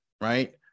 right